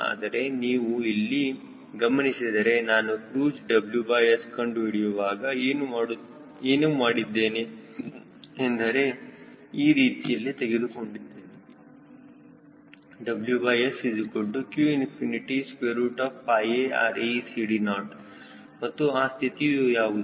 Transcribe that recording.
ಆದರೆ ನೀವು ಇಲ್ಲಿ ಗಮನಿಸಿದರೆ ನಾನು ಕ್ರೂಜ್ WS ಕಂಡು ಹಿಡಿಯುವಾಗ ಏನು ಮಾಡಿದ್ದೇನೆ ಎಂದರೆ ಈ ರೀತಿಯಲ್ಲಿ ತೆಗೆದುಕೊಂಡಿದ್ದೇನೆ WSqAReCD0 ಮತ್ತು ಆ ಸ್ಥಿತಿಯು ಯಾವುದು